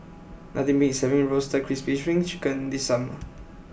nothing beats having Roasted Crispy Spring Chicken this summer